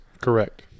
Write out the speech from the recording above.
Correct